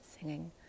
singing